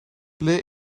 ble